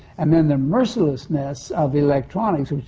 and then the mercilessness of electronics,